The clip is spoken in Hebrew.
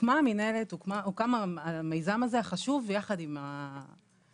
הוקם המיזם הזה החשוב יחד עם המשרדים,